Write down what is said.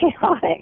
chaotic